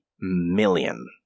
million